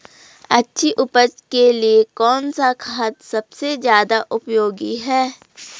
अच्छी उपज के लिए कौन सा खाद सबसे ज़्यादा उपयोगी है?